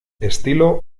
estilo